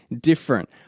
different